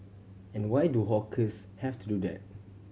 and why do hawkers have to do that